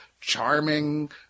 charming